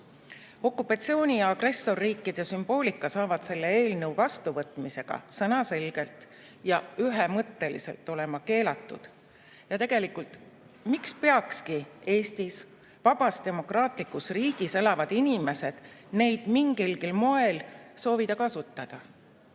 Okupatsiooni ja agressorriikide sümboolika saab selle eelnõu vastuvõtmisega sõnaselgelt ja ühemõtteliselt olema keelatud. Ja tegelikult, miks peakski Eestis, vabas demokraatlikus riigis elavad inimesed neid mingilgi moel soovima kasutada?